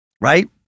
right